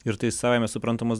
ir tai savaime suprantamas